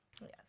Yes